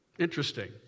interesting